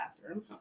bathroom